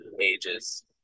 ages